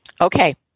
Okay